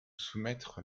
soumettre